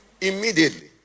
Immediately